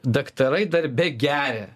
daktarai darbe geria